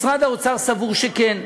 משרד האוצר סבור שכן,